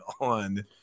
on